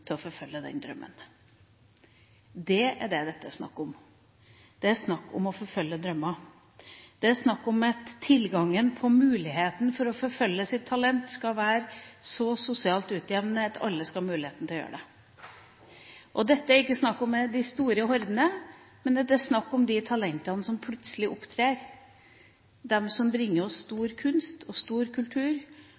forfølge den drømmen. Det er det dette er snakk om. Det er snakk om å forfølge drømmer. Det er snakk om at muligheten til å forfølge sitt talent skal være så sosialt utjevnet at alle skal kunne gjøre det. Det er ikke snakk om de store hordene, men det er snakk om de talentene som plutselig opptrer, de som bringer oss